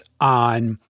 on